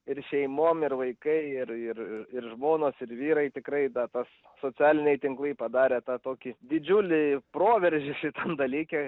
ir šeimom ir vaikai ir ir ir žmonos ir vyrai tikrai da tas socialiniai tinklai padarė tą tokį didžiulį proveržį šitam dalyke